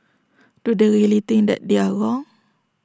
do they really think that they are wrong